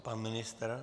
Pan ministr?